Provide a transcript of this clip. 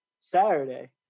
Saturday